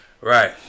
Right